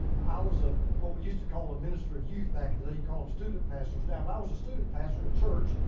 i was a, what we used to call a ministry of youth back then, and you call them student pastors now. but i was a student pastor in a church,